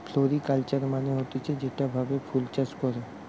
floriculture মানে হতিছে যেই ভাবে ফুল চাষ করে